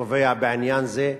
קובע בעניין זה.